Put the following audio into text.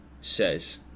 says